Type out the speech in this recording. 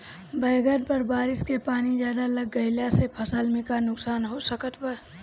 बैंगन पर बारिश के पानी ज्यादा लग गईला से फसल में का नुकसान हो सकत बा?